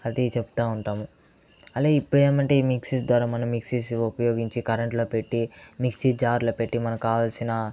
అది చెప్తూ ఉంటాము అలా ఇప్పుడేమంటే ఈ మిక్సీ ద్వారా మనం మిక్సీస్ ఉపయోగించి కరెంట్ లో పెట్టి మిక్సీ జార్ లో పెట్టి మనకు కావాల్సిన